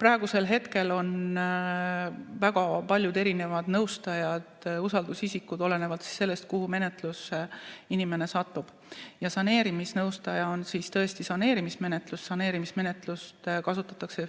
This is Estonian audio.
Praegu on väga paljud erinevad nõustajad usaldusisikud, olenevalt sellest, mis menetlusse inimene satub. Saneerimisnõustaja on tõesti saneerimismenetluse korral. Saneerimismenetlust kasutatakse